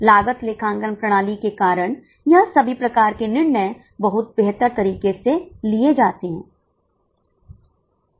लागत लेखांकन प्रणाली के कारण यह सभी प्रकार के निर्णय बहुत बेहतर तरीके से लिए जाते हैं